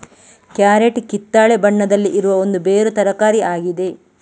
carrot ಕಿತ್ತಳೆ ಬಣ್ಣದಲ್ಲಿ ಇರುವ ಒಂದು ಬೇರು ತರಕಾರಿ ಆಗಿದೆ